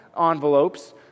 envelopes